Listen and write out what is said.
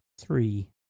Three